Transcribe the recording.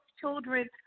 children